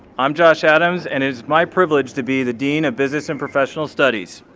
i'm josh adams, and it is my privilege to be the dean of business and professional studies.